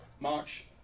March